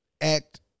act